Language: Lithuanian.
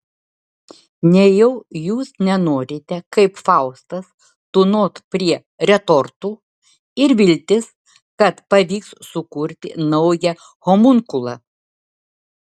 nejau jūs nenorite kaip faustas tūnot prie retortų ir viltis kad pavyks sukurti naują homunkulą